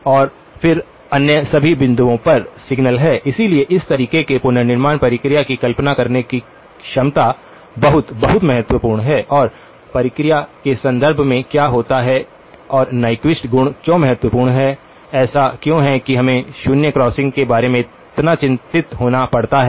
और फिर अन्य सभी बिंदुओं पर 2612 सिग्नल है इसलिए इस तरीके से पुनर्निर्माण प्रक्रिया की कल्पना करने की क्षमता बहुत बहुत महत्वपूर्ण है और प्रक्रिया के संदर्भ में क्या होता है और नीक्वीस्ट गुण क्यों महत्वपूर्ण है ऐसा क्यों है कि हमें शून्य क्रॉसिंग के बारे में इतना चिंतित होना पड़ता है